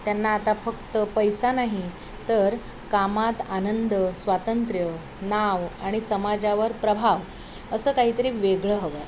त्यांना आता फक्त पैसा नाही तर कामात आनंद स्वातंत्र्य नाव आणि समाजावर प्रभाव असं काहीतरी वेगळं हवं आहे